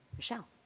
michelle.